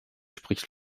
spricht